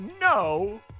no